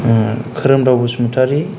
Khoromdao Basumatary